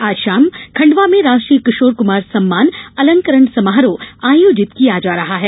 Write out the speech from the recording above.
आज शाम खण्डवा में राष्ट्रीय किशोर कुमार सम्मान अलंकरण समारोह आयोजित किया जा रहा है